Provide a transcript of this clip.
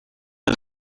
his